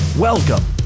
Welcome